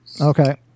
Okay